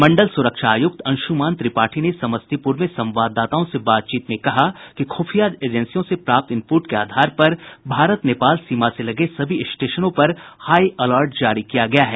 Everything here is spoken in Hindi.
मंडल सुरक्षा आयुक्त अंशुमान त्रिपाठी ने समस्तीपुर में संवाददाताओं से बातचीत में कहा कि खुफिया एजेंसियों से प्राप्त इनपुट के आधार पर भारत नेपाल सीमा से लगे सभी स्टेशनों पर हाई अलर्ट जारी किया गया है